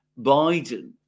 Biden